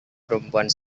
perempuan